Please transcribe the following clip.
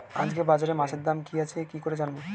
আজকে বাজারে মাছের দাম কি আছে কি করে জানবো?